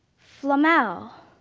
flamel,